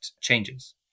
changes